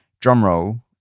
drumroll